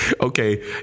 Okay